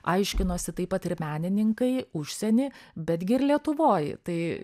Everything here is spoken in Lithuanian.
aiškinosi taip pat ir menininkai užsieny betgi ir lietuvoj tai